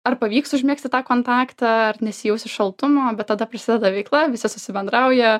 ar pavyks užmegzti tą kontaktą ar nesijausi šaltumo bet tada prisideda veikla visi susi bendrauja